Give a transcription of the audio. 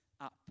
up